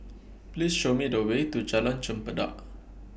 Please Show Me The Way to Jalan Chempedak